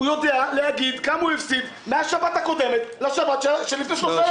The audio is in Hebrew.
הוא יודע להגיד כמה הוא הפסיד מהשבת הקודמת לשבת שלפני שלושה ימים.